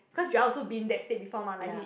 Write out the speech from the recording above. cause Joel also been in that state before like he